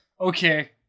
Okay